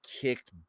kicked